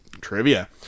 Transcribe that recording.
Trivia